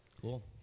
Cool